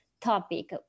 topic